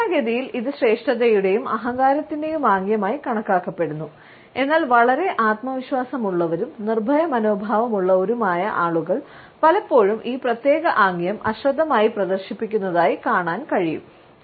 സാധാരണഗതിയിൽ ഇത് ശ്രേഷ്ഠതയുടെയും അഹങ്കാരത്തിന്റെയും ആംഗ്യമായി കണക്കാക്കപ്പെടുന്നു എന്നാൽ വളരെ ആത്മവിശ്വാസമുള്ളവരും നിർഭയ മനോഭാവമുള്ളവരുമായ ആളുകൾ പലപ്പോഴും ഈ പ്രത്യേക ആംഗ്യം അശ്രദ്ധമായി പ്രദർശിപ്പിക്കുന്നതായി കാണാൻ കഴിയും